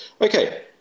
Okay